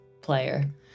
player